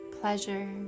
pleasure